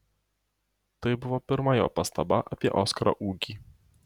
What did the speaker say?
tai buvo pirma jo pastaba apie oskaro ūgį